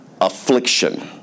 affliction